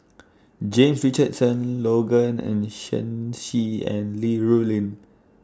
James Richardson Logan and Shen Xi and Li Rulin